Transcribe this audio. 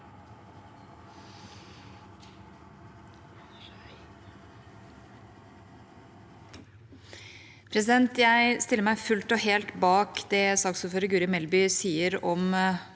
le- der): Jeg stiller meg fullt og helt bak det saksordfører Guri Melby sier om